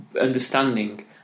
understanding